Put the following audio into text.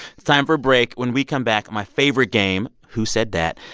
it's time for a break. when we come back, my favorite game, who said that.